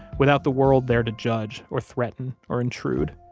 without the world there to judge, or threaten, or intrude.